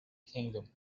kingdom